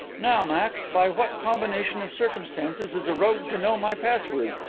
now, max, by what combination of circumstances is a rogue to know my password,